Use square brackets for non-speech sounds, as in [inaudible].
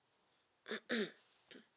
[coughs]